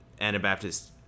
Anabaptist